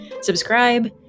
subscribe